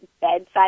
bedside